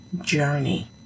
journey